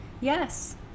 Yes